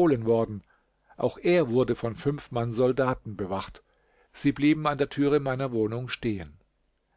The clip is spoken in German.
worden auch er wurde von fünf mann soldaten bewacht sie blieben an der türe meiner wohnung stehen